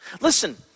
Listen